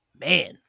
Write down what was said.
man